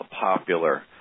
popular